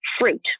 fruit